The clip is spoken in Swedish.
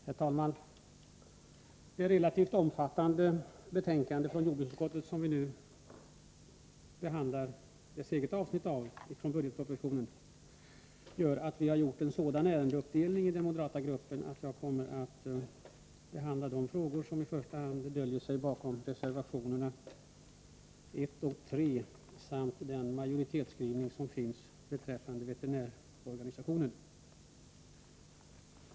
Herr talman! Det relativt omfattande betänkande från jordbruksutskottet som vi nu behandlar gäller vårt avsnitt i budgetpropositionen. Vi har inom den moderata gruppen gjort en sådan ärendeuppdelning att jag kommer att behandla i första hand de frågor som döljer sig bakom reservationerna 1 och 3 samt majoritetsskrivningen beträffande veterinärorganisationen.